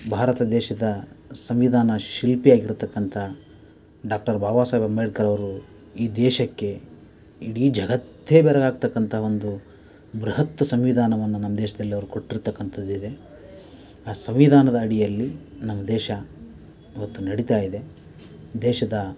ಭಾರತ ದೇಶದ ಸಂವಿಧಾನ ಶಿಲ್ಪಿ ಆಗಿರ್ತಕ್ಕಂಥ ಡಾಕ್ಟರ್ ಬಾಬಾ ಸಾಹೇಬ್ ಅಂಬೇಡ್ಕರವರು ಈ ದೇಶಕ್ಕೆ ಇಡೀ ಜಗತ್ತೆ ಬೆರಗಾಗ್ತಕ್ಕಂಥ ಒಂದು ಬೃಹತ್ತು ಸಂವಿಧಾನವನ್ನು ನಮ್ಮ ದೇಶದಲ್ಲಿ ಅವ್ರು ಕೊಟ್ಟಿರ್ತಕ್ಕಂಥದ್ದಿದೆ ಆ ಸಂವಿಧಾನದ ಅಡಿಯಲ್ಲಿ ನಮ್ಮ ದೇಶ ಇವತ್ತು ನಡೀತಾ ಇದೆ ದೇಶದ